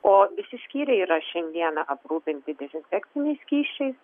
o visi skyriai yra šiandieną aprūpinti dezinfekciniais skysčiais